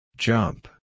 Jump